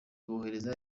bahereza